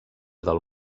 del